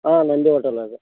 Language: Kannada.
ಆಂ ನಂದಿ ಹೋಟಲ್ಲೆ ಇದು